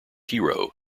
hero